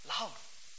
love